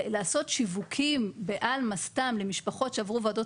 לעשות שיווקים בעלמה סתם למשפחות שעברו ועדות